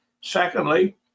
Secondly